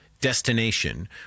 destination